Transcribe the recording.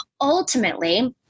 ultimately